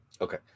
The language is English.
Okay